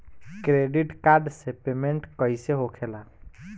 Credit card से payment कईसे होखेला?